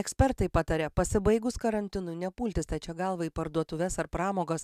ekspertai pataria pasibaigus karantinui nepulti stačia galva į parduotuves ar pramogas